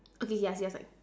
okay ya see you outside